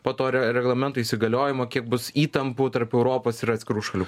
po to reglamento įsigaliojimo kiek bus įtampų tarp europos ir atskirų šalių